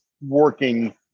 working